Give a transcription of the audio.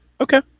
Okay